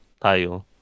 tayo